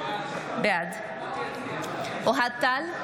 בעד אוהד טל,